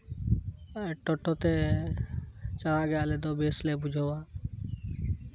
ᱴᱳᱴᱳᱛᱮ ᱪᱟᱞᱟᱜ ᱜᱮ ᱟᱞᱮ ᱫᱚ ᱵᱮᱥ ᱞᱮ ᱵᱩᱡᱷᱟᱹᱣᱟ